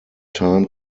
time